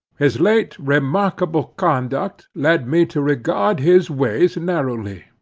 his late remarkable conduct led me to regard his ways narrowly.